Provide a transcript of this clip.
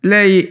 Lei